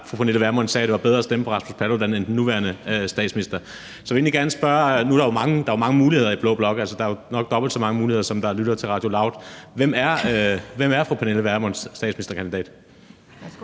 fru Pernille Vermund sagde, at det var bedre at stemme på Rasmus Paludan end på den nuværende statsminister. Nu er der jo mange muligheder i blå blok, altså, der er nok dobbelt så mange muligheder, som der er lyttere til Radio LOUD, så jeg vil egentlig gerne spørge: Hvem er fru Pernille Vermunds statsministerkandidat?